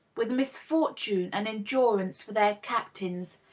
with misfortune and endurance for their captains,